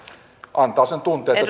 antavat sen tunteen että